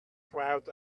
clouds